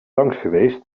langsgeweest